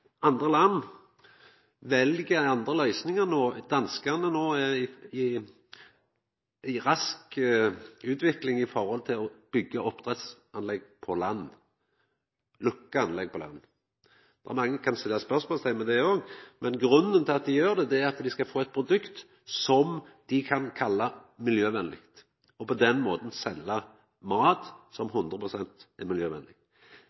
andre land, som vel andre løysingar. Danskane er no i rask utvikling når det gjeld å byggja opp lukka oppdrettsanlegg på land. Mange kan setja spørsmålsteikn ved det òg, men grunnen til at dei gjer det, er at dei skal få eit produkt som dei kan kalla miljøvennleg, og på den måten selja mat som er 100 pst. miljøvennleg.